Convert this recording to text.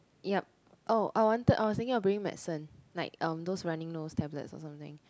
yup oh I wanted I was thinking of bringing medicine like um those runny nose tablets or something